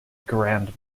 grand